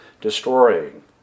destroying